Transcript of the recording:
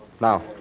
Now